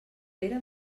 pere